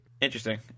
Interesting